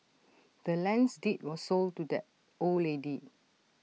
the land's deed was sold to the old lady